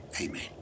Amen